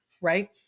Right